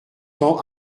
tend